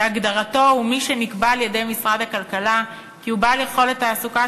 שהגדרתו היא מי שנקבע על-ידי משרד הכלכלה כי הוא בעל יכולת תעסוקה